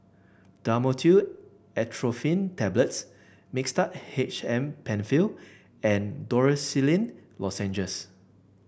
Dhamotil Atropine Tablets Mixtard H M Penfill and Dorithricin Lozenges